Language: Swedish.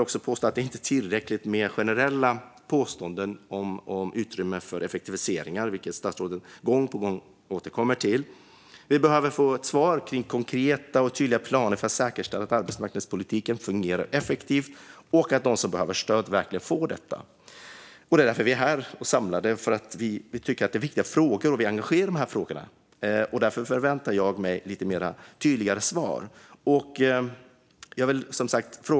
Det är räcker inte med generella påståenden om utrymme för effektiviseringar, vilket statsrådet gång på gång återkommer till. Vi behöver få ett svar om konkreta och tydliga planer för att säkerställa att arbetsmarknadspolitiken fungerar effektivt och att de som behöver stöd verkligen får det. Vi har samlats här för att vi tycker att det är viktiga frågor som engagerar oss, och jag förväntar mig tydligare svar.